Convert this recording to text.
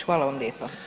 Hvala vam lijepa.